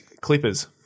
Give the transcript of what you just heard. clippers